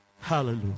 Hallelujah